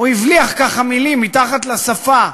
הוא הבליח ככה מילים, מתחת לשפה,